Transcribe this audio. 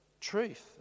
truth